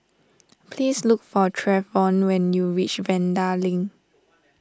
please look for Treyvon when you reach Vanda Link